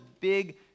big